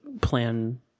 plan